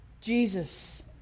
Jesus